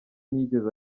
ntiyigeze